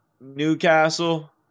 Newcastle